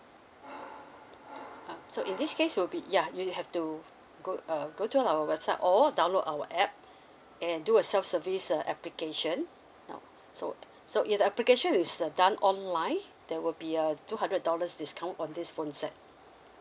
uh so in this case will be ya you have to go uh go to our website or download our app and do a self service uh application um so so the application is done online there will be a two hundred dollars discount for this phone set